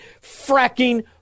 fracking